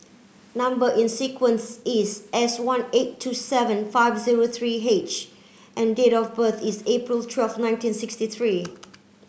number in sequence is S one eight two seven five zero three H and date of birth is April twelve nineteen sixty three